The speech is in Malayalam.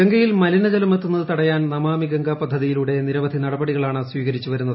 ഗംഗയിൽ മലിനജലം എത്തുന്നത് തടയാൻ നമാമി ഗംഗ പദ്ധതിയിലൂടെ നിരവധി നടപടികളാണ് സ്വീകരിച്ചുവരുന്നത്